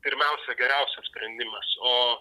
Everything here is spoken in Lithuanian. pirmiausia geriausias sprendimas o